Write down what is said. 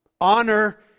Honor